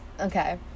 Okay